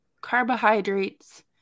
carbohydrates